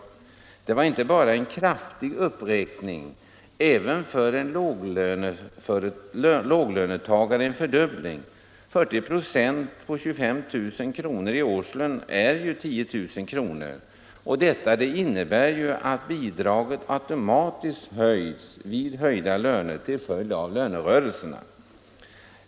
Detta var inte bara en kraftig uppräkning — även för en låglönetagare en fördubbling; 40 96 på 25 000 kr. i årslön är ju 10 000 kr. Det innebar även att bidraget automatiskt höjs vid höjda löner till följd av lönerörelserna.